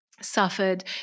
suffered